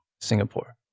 Singapore